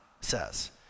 says